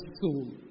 soul